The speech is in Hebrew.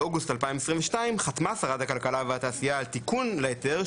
באוגוסט 2022 חתמה שרת הכלכלה והתעשייה על תיקון להיתר,